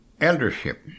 eldership